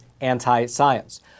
anti-science